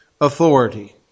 authority